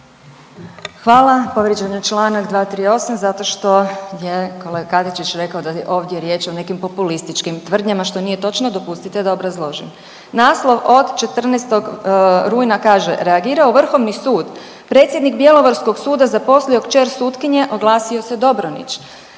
Hvala. Povrijeđen je Članak 238. zato što je kolega Katičić da je ovdje riječ o nekim populističkim tvrdnjama što nije točno, dopustite da obrazložim. Naslov od 14. rujna kaže reagirao Vrhovni sud, predsjednik bjelovarskog suda zaposlio kćer sutkinje, oglasio se Dobronić.